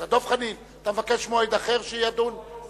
דב חנין, אתה מבקש מועד אחר שיהיה בו דיון?